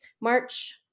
March